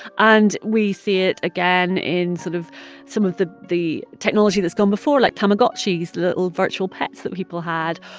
and we see it again in sort of some of the the technology that's gone before, like tamagotchis, little virtual pets that people had.